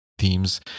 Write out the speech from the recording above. themes